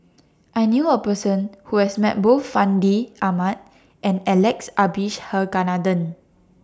I knew A Person Who has Met Both Fandi Ahmad and Alex Abisheganaden